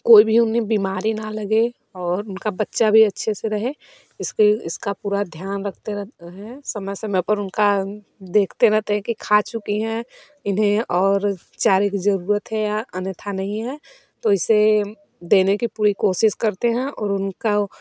कोई भी उन्हें बीमारी न लगे और उनका बच्चा भी अच्छे से रहे इसकी इसका पूरा ध्यान रखे रहते हैं समय समय पर उनका देखते रहते हैं कि खा चुकी हैं इन्हें और चारे की ज़रूरत है या अन्यथा नहीं है तो इसको देने की पूरी कोशिश करते हैं और उनका